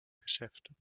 geschäften